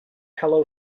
hello